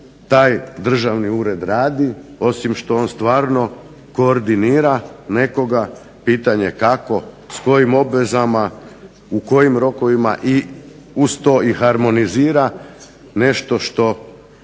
taj Ured radi osim što on stvarno koordinira nekoga, pitanje kako, s kojim obvezama u kojim rokovima i uz to harmonizira nešto što